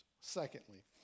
Secondly